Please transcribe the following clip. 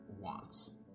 wants